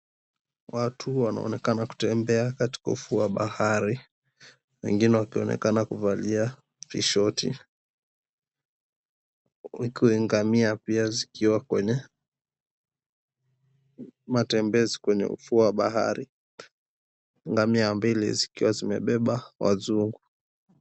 Watu wanaonekana kutembea katika ufuo wa bahari, wengine wakionekana kuvalia vishoti. Huku ngamia pia zikiwa kwenye matembezi kwenye ufuo bahari. Ngamia mbili zikiwa zimebeba wazungu.